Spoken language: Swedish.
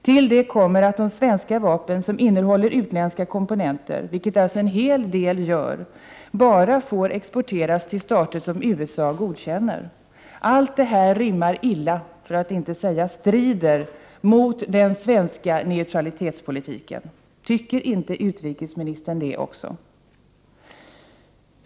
Till det kommer att de svenska vapen som innehåller utländska komponenter, vilket alltså en hel del gör, bara får exporteras till stater som USA godkänner. Allt detta rimmar illa med, för att inte säga strider mot, den svenska neutralitetspolitiken. Tycker inte utrikesministern det också?